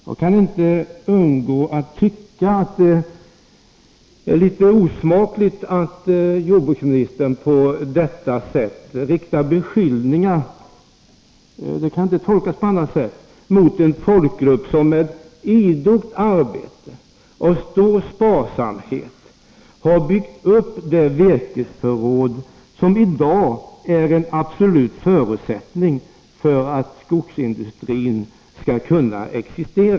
Jag kan inte undgå att tycka att det är litet osmakligt att jordbruksministern på detta sätt riktar beskyllningar — det kan inte tolkas på annat sätt — mot en folkgrupp som med idogt arbete och stor sparsamhet har byggt upp det virkesförråd som i dag är en absolut förutsättning för att skogsindustrin skall kunna existera.